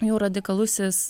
jų radikalusis